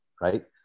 Right